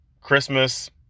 christmas